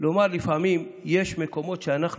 אלא לומר שלפעמים יש מקומות שאנחנו